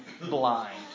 blind